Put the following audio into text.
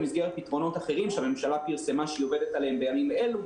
במסגרת פתרונות אחרים שהממשלה פרסמה שהיא עובדת עליהם בימים אלו,